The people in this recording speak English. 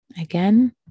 Again